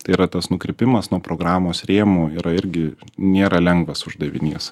tai yra tas nukrypimas nuo programos rėmų yra irgi nėra lengvas uždavinys